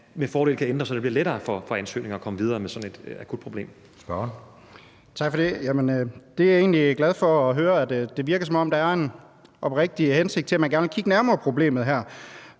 med fordel kan ændre, så det i forhold til ansøgninger bliver lettere at komme videre med sådan et akut problem.